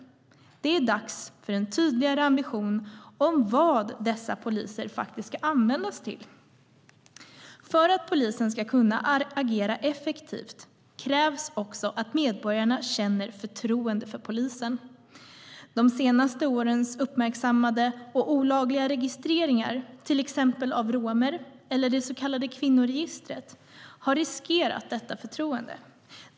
Det är dags för en tydligare ambition för vad dessa poliser faktiskt ska användas till. För att polisen ska kunna agera effektivt krävs att medborgarna känner förtroende för polisen. De senaste årens uppmärksammade och olagliga registreringar, till exempel av romer eller det så kallade kvinnoregistret, har riskerat detta förtroende.